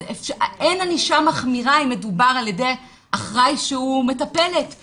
אין ענישה מחמירה אם מדובר שזה על ידי אחראי שהוא מטפלת,